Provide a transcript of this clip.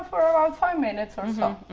for about five minutes or so.